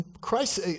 Christ